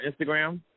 Instagram